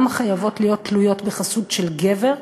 חייבות להיות תלויות בחסות של גבר,